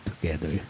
together